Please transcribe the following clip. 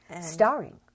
Starring